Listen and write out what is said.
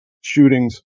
shootings